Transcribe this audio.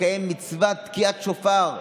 כדי לקיים מצוות תקיעת שופר,